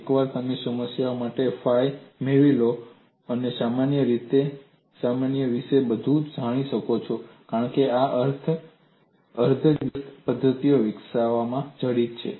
એકવાર તમે સમસ્યા માટે ફાઈ મેળવી લો સમસ્યા વિશે બધું જાણી શકાય છે કારણ કે તે આ અર્ધ વ્યસ્ત પદ્ધતિના વિકાસમાં જડિત છે